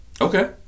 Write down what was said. Okay